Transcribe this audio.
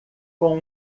com